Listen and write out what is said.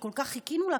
שכל-כך חיכינו לה,